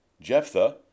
Jephthah